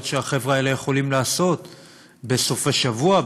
שהחבר'ה האלה יכולים לעשות בסופי שבוע,